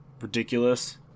ridiculous